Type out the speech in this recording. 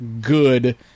good